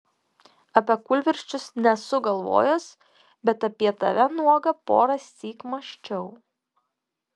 apie kūlvirsčius nesu galvojęs bet apie tave nuogą porąsyk mąsčiau